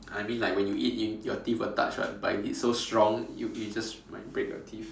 I mean like when you eat in your teeth will touch [what] but if it's so strong you you just might break your teeth